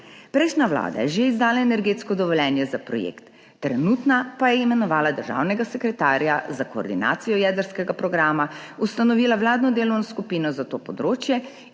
Prejšnja vlada je že izdala energetsko dovoljenje za projekt, trenutno pa je imenovala državnega sekretarja za koordinacijo jedrskega programa, ustanovila vladno delovno skupino za to področje